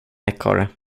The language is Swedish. ekorre